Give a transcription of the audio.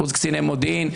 קורס קציני מודיעין,